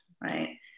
right